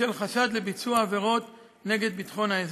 בשל חשד לביצוע עבירות נגד ביטחון האזור.